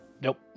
Nope